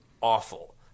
awful